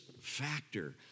factor